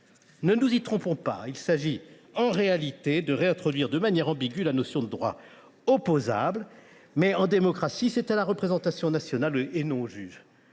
Ne nous y trompons pas : il s’agit, en réalité, de réintroduire, de manière ambiguë, la notion de droit opposable. Mais, en démocratie, c’est à la représentation nationale, et non au juge,